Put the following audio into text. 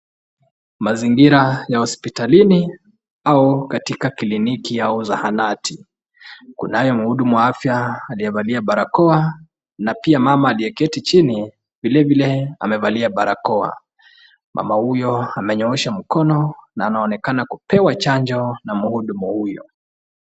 Mazingira, ya hospitalini, au katika kliniki au zahanati, kunaye mhudumu wa afya aliyevalia barakoa, na pia mama aliyeketi chini, vilevile amevalia barakoa, mama huyo amenyosha mkono, na anaonekana kupewa chanjo, na mhudumu huyo.